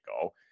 go